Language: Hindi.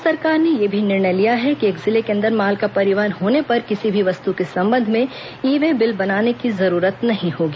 राज्य सरकार ने यह भी निर्णय लिया है कि एक जिले के अन्दर माल का परिवहन होने पर किसी भी वस्तु के संबंध में ई वे बिल बनाने की जरूरत नहीं होगी